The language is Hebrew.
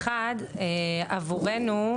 אחד עבורנו,